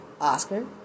Oscar